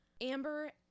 Amber